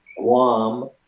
Guam